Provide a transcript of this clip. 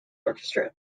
orchestra